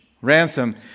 ransom